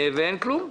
ואין כלום.